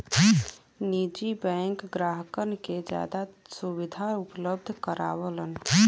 निजी बैंक ग्राहकन के जादा सुविधा उपलब्ध करावलन